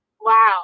wow